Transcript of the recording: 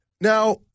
Now